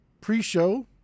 pre-show